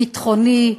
ביטחוני,